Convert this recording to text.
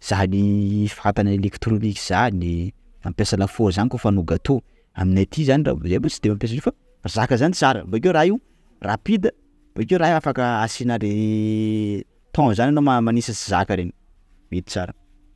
zany fatana elektrônika zany, mampiasa lafaoro zany, kôfa hanao gatô; aminay aty zany raha-, zay boko tsy de mampiasa an'izy io fa, zaka zany tsara! bakeo raha io rapide, bakeo raha io afaka asiana le temps zany anao manisatry zaka reny, mety tsara.